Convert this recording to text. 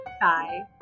Bye